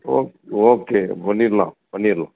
okay பண்ணிடலாம் பண்ணிடலாம்